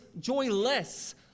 joyless